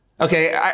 Okay